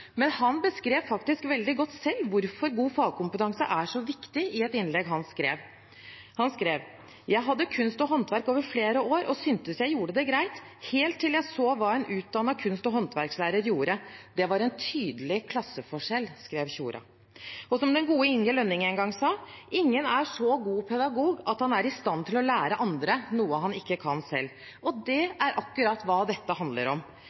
Men i et innlegg beskrev han faktisk veldig godt selv hvorfor god fagkompetanse er så viktig. Han skrev: «Jeg hadde Kunst og håndverk over flere år, og syntes jeg gjorde det greit, helt til jeg så hva en utdanna kunst- og håndverkslærer gjorde, det var en tydelig klasseforskjell.» Og som den gode Inge Lønning en gang sa: «Ingen er så god pedagog at han er i stand til å lære andre noe han ikke kan selv.» Det er akkurat hva dette handler om.